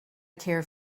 care